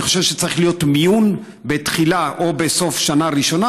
אני חושב שצריך להיות מיון בתחילה או בסוף שנה ראשונה,